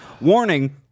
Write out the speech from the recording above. Warning